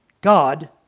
God